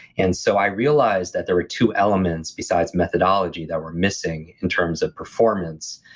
and so i realized that there are two elements beside methodology that were missing in terms of performance.